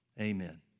amen